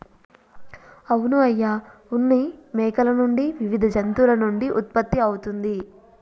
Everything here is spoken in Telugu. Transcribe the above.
అవును అయ్య ఉన్ని మేకల నుండి వివిధ జంతువుల నుండి ఉత్పత్తి అవుతుంది